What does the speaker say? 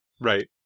Right